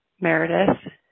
Meredith